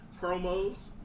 promos